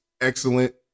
excellent